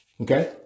Okay